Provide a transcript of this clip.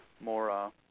more